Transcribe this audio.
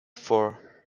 for